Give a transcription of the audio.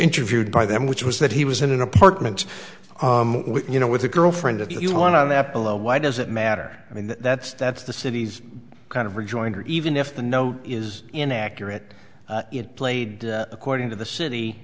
interviewed by them which was that he was in an apartment you know with a girlfriend if you want on that below why does it matter i mean that's that's the city's kind of rejoinder even if the note is inaccurate it played according to the